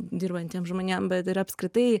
dirbantiem žmonėm bet ir apskritai